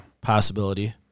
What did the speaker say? Possibility